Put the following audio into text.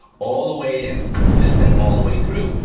all away and consistent all the way through,